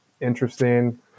interesting